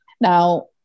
Now